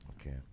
Okay